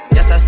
Yes